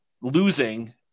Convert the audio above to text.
losing